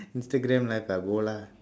Instagram live ah go lah